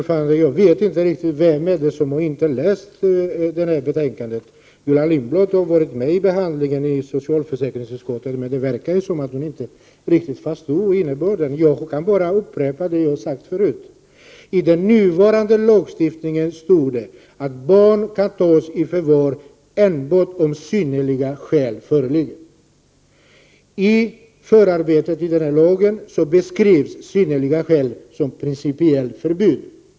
Fru talman! Jag vet inte riktigt vem som inte har läst betänkandet. Gullan Lindblad har varit med vid behandlingen i socialförsäkringsutskottet, men det verkar som om hon inte riktigt har förstått innebörden. Jag kan bara upprepa det jag har sagt förut. I den nuvarande lagstiftningen står det att barn kan tas i förvar enbart om synnerliga skäl föreligger. I förarbetet till denna lag beskrivs synnerliga skäl som principiellt förbud.